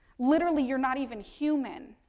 literally, you're not even human,